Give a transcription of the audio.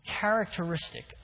characteristic